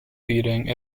feeding